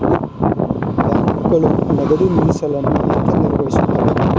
ಬ್ಯಾಂಕುಗಳು ನಗದು ಮೀಸಲನ್ನು ಏಕೆ ನಿರ್ವಹಿಸುತ್ತವೆ?